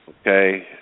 Okay